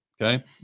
Okay